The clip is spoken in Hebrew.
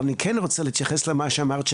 אבל אני כן רוצה להתייחס למה שאמרת,